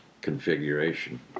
configuration